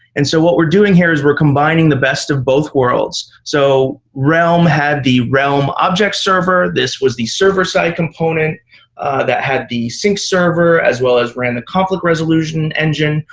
and so what we're doing here is we're combining the best of both worlds. so realm had the realm object server. this was the server-side component that had the sync server as well as random conflict resolution engine.